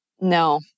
No